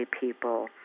people